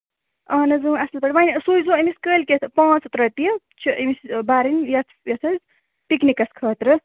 اَہَن حظ اَصٕل پٲٹھۍ وۅنۍ سوٗزیٚو أمِس کٲلۍکٮ۪تھ پانٛژھ ہَتھ رۄپیہِ چھِ أمِس بَرٕنۍ یَتھ یتھ حظ پِکنِکَس خٲطرٕ